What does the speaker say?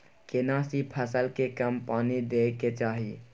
केना सी फसल के कम पानी दैय के चाही?